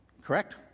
Correct